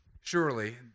surely